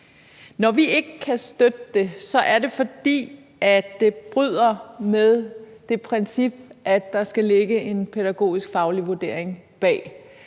Når vi ikke kan støtte det, er det, fordi det bryder med det princip, at der skal ligge en pædagogisk faglig vurdering bag.